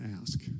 ask